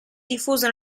diffuso